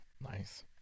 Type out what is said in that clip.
nice